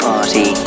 Party